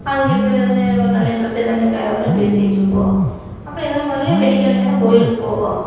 அங்கே இருக்கிற இது நல்லா இன்ட்ரஸா எதோ ஒன்று கதை பேசிட்டுருப்போம் அப்பறம் இதே மாதிரி மறுபடியும் வெள்ளிக்கெழமையான கோவிலுக்கு போவோம்